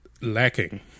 lacking